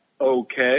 Okay